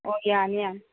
ꯍꯣꯏ ꯌꯥꯅꯤ ꯌꯥꯅꯤ